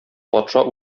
патша